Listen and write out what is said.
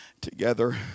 together